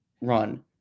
run